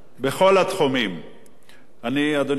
אדוני היושב-ראש, אני שמח שבאת לשבת כאן,